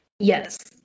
Yes